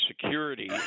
security